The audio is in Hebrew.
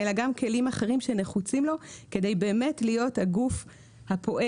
אלא גם כלים אחרים שנחוצים לו כדי להיות הגוף הפועל,